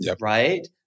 right